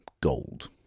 gold